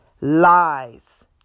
Lies